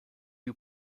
you